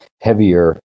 heavier